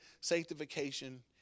sanctification